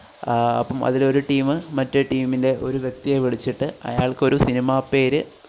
അപ്പം അതിൽ ഒരു ടീമ് മറ്റേ ടീമിന്റെ ഒരു വ്യക്തിയെ വിളിച്ചിട്ട് അയാള്ക്ക് ഒരു സിനിമ പേര്